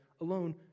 alone